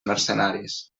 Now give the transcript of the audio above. mercenaris